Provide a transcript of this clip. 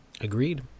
Agreed